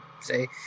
say